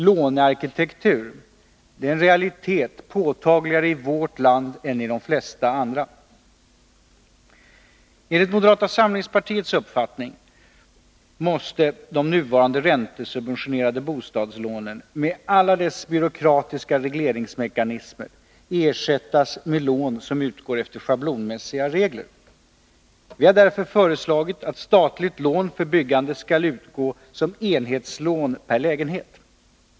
Lånearkitektur är en realitet, påtagligare i vårt land än i de flesta andra länder. Enligt moderata samlingspartiets uppfattning måste de nuvarande räntesubventionerade bostadslånen — med alla deras byråkratiska regleringsmekanismer — ersättas med lån som utgår efter schablonmässiga regler. Vi har därför föreslagit att statligt lån för byggande skall utgå som enhetslån per lägenhet.